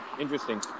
interesting